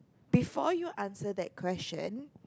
before you answer that question